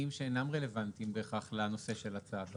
שאינם רלוונטיים בהכרח לנושא של הצו.